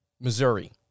Missouri